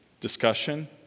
discussion